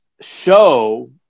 show